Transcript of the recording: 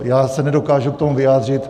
Já se nedokážu k tomu vyjádřit.